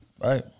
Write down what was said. Right